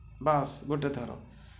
ବାସ୍ ଗୋଟେଥର